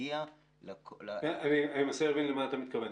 שיגיע --- אני מנסה להבין למה אתה מתכוון.